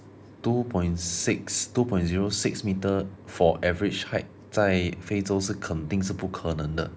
two point six two point zero six meter for average height 在非洲是肯定是不可能的